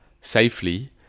safely